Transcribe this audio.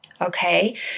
Okay